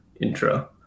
intro